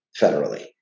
federally